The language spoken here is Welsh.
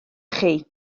chi